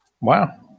Wow